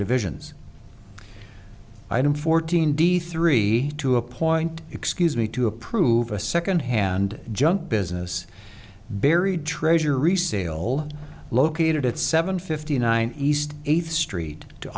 divisions item fourteen d three to appoint excuse me to approve a second hand junk business buried treasure resale located at seven fifty nine east eighth street to